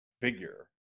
figure